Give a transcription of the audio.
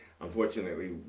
Unfortunately